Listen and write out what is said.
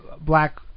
black